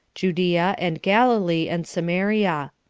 judea, and galilee, and samaria.